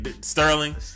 Sterling